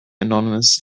anonymous